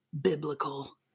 biblical